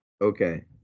okay